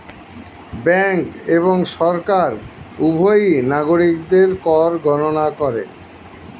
bank এবং সরকার উভয়ই নাগরিকদের কর গণনা করে